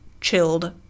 chilled